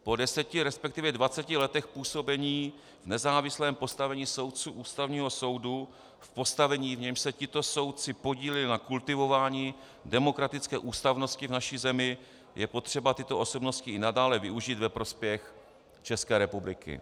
Po deseti, resp. dvaceti letech působení v nezávislém postavení soudců Ústavního soudu, v postavení, v němž se tito soudci podíleli na kultivování demokratické ústavnosti v naší zemi, je potřeba tyto osobnosti i nadále využít ve prospěch České republiky.